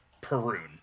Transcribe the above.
Perun